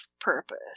purpose